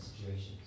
situations